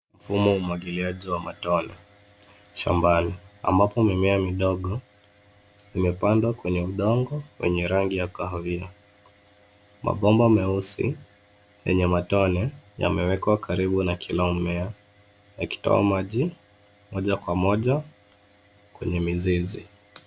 Mfumo wa umwagiliaji wa matone shambani ambapo mimea midogo imepandwa kwenye udongo wenye rangi ya kahawia. Mabomba meusi yenye matone yamewekwa karibu na kila mmea, yakitoa maji moja kwa moja kwenye mizizi.